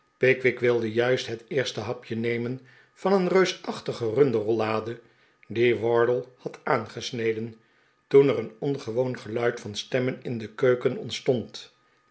pickwick wilde juist het eerste hapje nemen van een reusachtige runderrollade die wardle had aangesneden toen er een ongewoon geluid van stemmen in de keuken ontstond